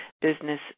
Business